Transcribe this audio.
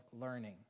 learning